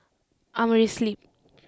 Amerisleep